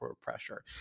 pressure